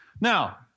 Now